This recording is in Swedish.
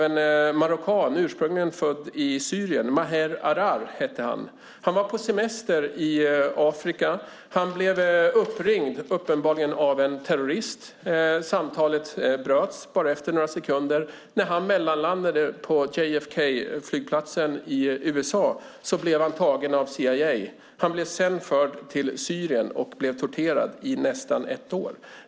En marockan, ursprungligen född i Syrien, vid namn Maher Arar var på semester i Afrika. Han blev uppringd, uppenbarligen av en terrorist. Samtalet bröts efter bara några sekunder. När han mellanlandade på JFK-flygplatsen i USA blev han tagen av CIA. Han blev sedan förd till Syrien och torterad i nästan ett år.